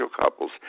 couples